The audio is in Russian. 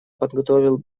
подготовил